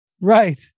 Right